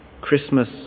Christmas